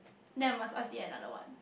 then I must ask you another one